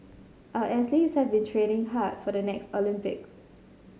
our athletes have been training hard for the next Olympics